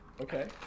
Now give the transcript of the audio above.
Okay